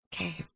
Okay